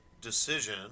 decision